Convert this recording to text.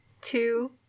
two